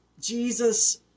Jesus